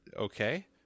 okay